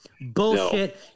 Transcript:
Bullshit